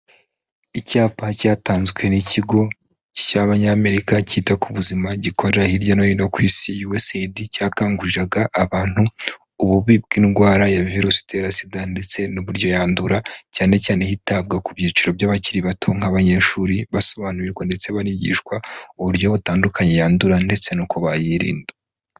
Icyapa cyatanzwe n'ikigo cy'abanyamerika cyita ku buzima gikorera hirya no hino ku isi USAID, cyakanguriraga abantu ububi bw'indwara ya virusi itera sida ndetse n'uburyo yandura. Cyane cyane hitabwa ku byiciro by'abakiri bato, nk'abanyeshuri basobanurirwa ndetse banigishwa uburyo butandukanye yandura ndetse'uko bayirinda.